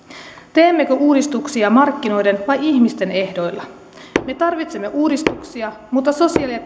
teemmekö uudistuksia markkinoiden vai ihmisten ehdoilla me tarvitsemme uudistuksia mutta sosiaali ja